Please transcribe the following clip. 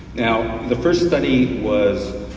now the first study was